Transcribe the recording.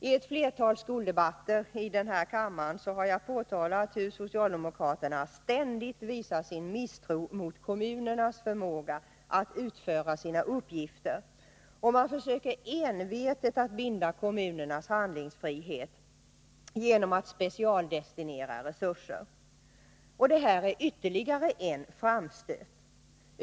I ett flertal skoldebatter i den här kammaren har jag påtalat hur socialdemokraterna ständigt visar sin misstro mot kommunernas förmåga att utföra sina uppgifter, och man försöker envetet binda kommunernas handlingsfrihet genom att specialdestinera resurser. Detta är ytterligare en framstöt.